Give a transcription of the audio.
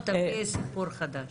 לא, תביאי סיפור חדש.